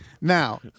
Now